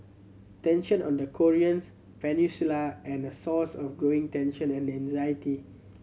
tension on the Koreans peninsula and a source of growing tension and anxiety